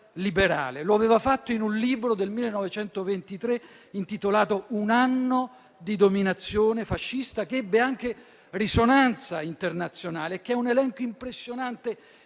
Lo aveva fatto in un libro del 1923, intitolato «Un anno di dominazione fascista», che ebbe risonanza internazionale e che è un elenco impressionante